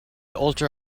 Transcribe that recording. ultra